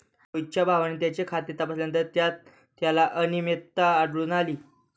मोहितच्या भावाने त्याचे खाते तपासल्यानंतर त्यात त्याला अनियमितता आढळून आली